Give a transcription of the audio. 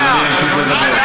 אדוני ימשיך לדבר.